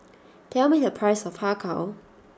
tell me the price of Har Kow